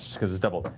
because it's doubled.